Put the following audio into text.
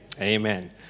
Amen